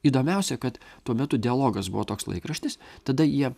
įdomiausia kad tuo metu dialogas buvo toks laikraštis tada jie